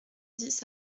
dix